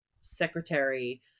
secretary